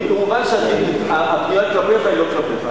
כמובן, הפנייה כלפיך היא לא כלפיך.